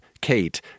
Kate